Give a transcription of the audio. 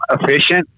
efficient